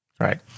Right